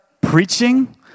preaching